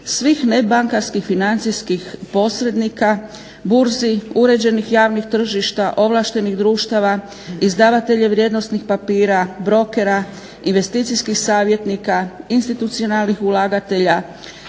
svih nebankarskih financijskih posrednika, burzi, uređenih javnih tržišta, ovlaštenih društava, izdavatelja vrijednosnih papira, brokera, investicijskih savjetnika, institucionalnih ulagatelja,